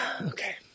Okay